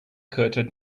curtain